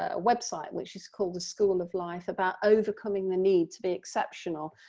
ah website which is called the school of life about overcoming the need to be exceptional,